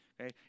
okay